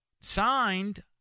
signed